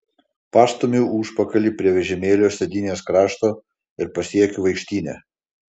pastumiu užpakalį prie vežimėlio sėdynės krašto ir pasiekiu vaikštynę